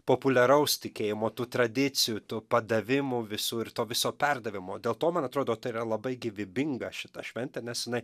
populiaraus tikėjimo tų tradicijų tų padavimų visų ir to viso perdavimo dėl to man atrodo tai yra labai gyvybinga šita šventė nes jinai